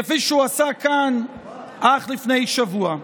כפי שהוא עשה כאן אך לפני שבוע.